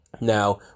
Now